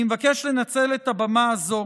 אני מבקש לנצל את הבמה הזו